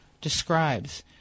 describes